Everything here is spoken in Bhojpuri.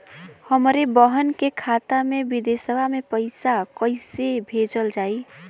हमरे बहन के खाता मे विदेशवा मे पैसा कई से भेजल जाई?